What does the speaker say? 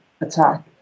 attack